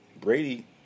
Brady